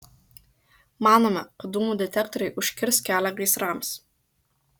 manome kad dūmų detektoriai užkirs kelią gaisrams